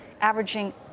averaging